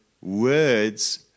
words